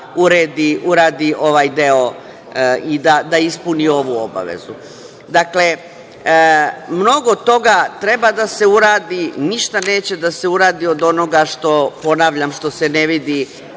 da uradi ovaj deo i da ispuni ovu obavezu. Dakle, mnogo toga treba da se uradi, ništa neće da se uradi od onoga što, ponavljam, što se ne vidi